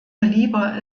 lieber